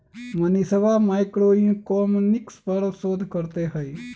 मनीषवा मैक्रोइकॉनॉमिक्स पर शोध करते हई